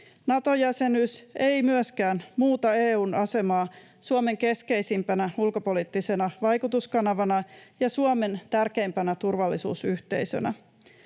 Nato-jäsenyys ei myöskään muuta EU:n asemaa Suomen keskeisimpänä ulkopoliittisena vaikutuskanavana ja Suomen tärkeimpänä turvallisuusyhteisönä.